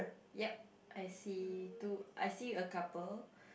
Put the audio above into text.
ya I see two I see a couple